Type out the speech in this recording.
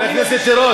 אני מביא שמונה,